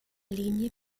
linie